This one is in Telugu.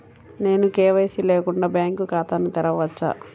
నేను కే.వై.సి లేకుండా బ్యాంక్ ఖాతాను తెరవవచ్చా?